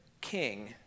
king